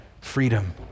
freedom